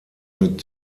mit